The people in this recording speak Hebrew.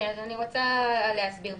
אני רוצה להסביר.